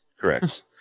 Correct